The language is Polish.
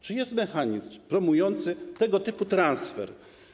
Czy jest mechanizm promujący tego typu transfer?